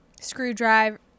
screwdriver